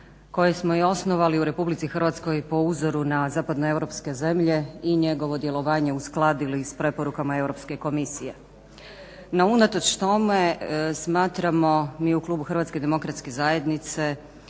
koje smo i osnovali u RH po uzoru na Zapadno-Europske zemlje i njegovo djelovanje uskladili s preporukama Europske komisije. No unatoč tome smatramo mi u Klubu HDZ-a da njegovo djelovanje nije